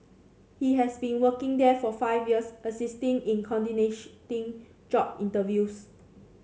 he has been working there for five years assisting in job interviews